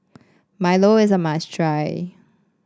milo is a must try